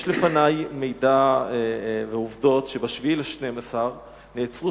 יש לפני מידע ועובדות שב-7 בדצמבר נעצרו